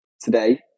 today